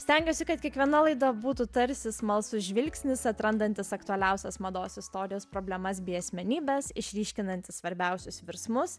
stengiuosi kad kiekviena laida būtų tarsi smalsus žvilgsnis atrandantis aktualiausias mados istorijos problemas bei asmenybes išryškinantis svarbiausius virsmus